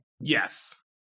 Yes